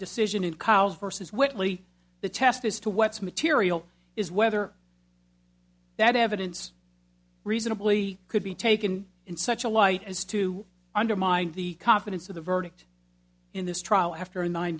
decision in cows versus whitley the test as to what's material is whether that evidence reasonably could be taken in such a light as to undermine the confidence of the verdict in this trial after a nine